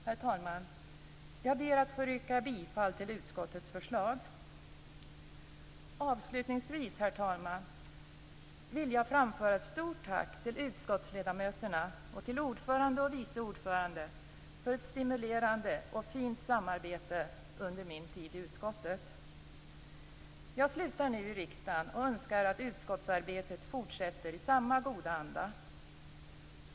Herr talman! Jag ber att få yrka bifall till utskottets förslag. Avslutningsvis, herr talman, vill jag framföra ett stort tack till utskottsledamöterna och till ordföranden och vice ordföranden för ett stimulerande och fint samarbete under min tid i utskottet. Jag slutar nu i riksdagen, och önskar att utskottsarbetet fortsätter i samma goda anda.